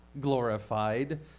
glorified